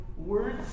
Words